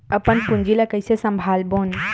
अपन पूंजी ला कइसे संभालबोन?